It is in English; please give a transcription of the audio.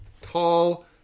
tall